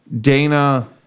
Dana